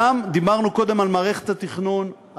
דיברנו קודם על מערכת התכנון,